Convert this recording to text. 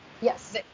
Yes